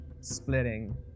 splitting